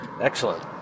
Excellent